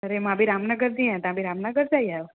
अरे मां बि रामनगर जी आहियां तव्हां बि रामनगर जा ई आयो